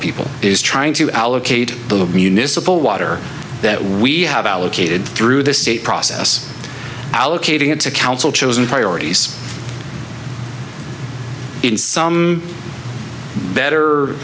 people is trying to allocate the municipal water that we have allocated through the state process allocating it to counsel chosen priorities in some better